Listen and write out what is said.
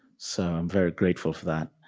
so i'm very grateful for that.